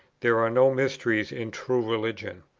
there are no mysteries in true religion.